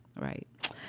Right